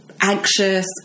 anxious